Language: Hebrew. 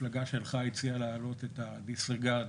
המפלגה שלך הציעה להעלות את הדיסרגרד,